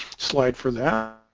slide for that